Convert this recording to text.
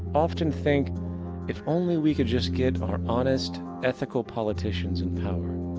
often think if only we could just get our honest, ethical politicians in power,